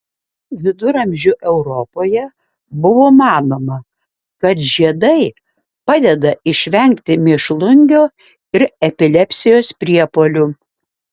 viduramžių europoje buvo manoma kad žiedai padeda išvengti mėšlungio ir epilepsijos priepuolių